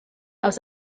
aus